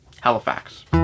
Halifax